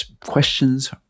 Questions